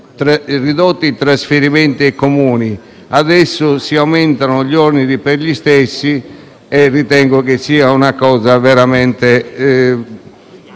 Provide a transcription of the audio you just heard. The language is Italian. ridotti i trasferimenti ai Comuni e adesso si aumentano gli oneri per gli stessi. Ritengo che ciò sia veramente